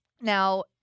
Now